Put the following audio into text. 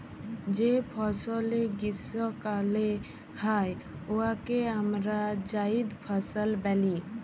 যে ফসলে গীষ্মকালে হ্যয় উয়াকে আমরা জাইদ ফসল ব্যলি